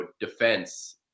defense